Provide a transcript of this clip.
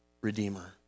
Redeemer